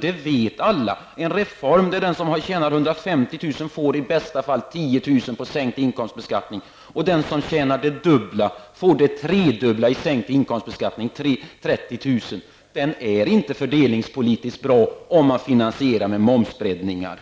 Det vet alla. Detta är en reform där den som tjänar 150 000 kr. får i bästa fall 30 000 kr. Det är inte fördelningspolitiskt bra, om man sedan finansierar med momsbreddningar.